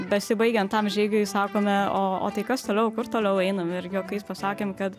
besibaigiant tam žygiui sakome o o tai kas toliau kur toliau einam ir juokais pasakėm kad